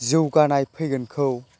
जौगानाय फैगोनखौ